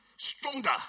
Stronger